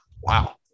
Wow